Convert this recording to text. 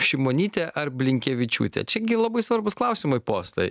šimonytė ar blinkevičiūtė čia gi labai svarbūs klausimai postai